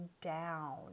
down